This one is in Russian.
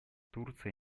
турция